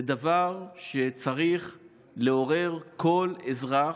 זה דבר שצריך לעורר כל אזרח,